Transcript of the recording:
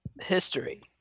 history